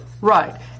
Right